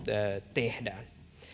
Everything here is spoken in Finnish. tehdään